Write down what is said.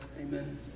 Amen